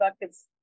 buckets